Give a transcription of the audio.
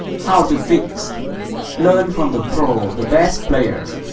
how to fix learn from the pro, the best players.